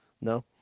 No